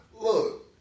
look